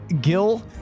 Gil